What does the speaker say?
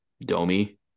Domi